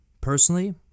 personally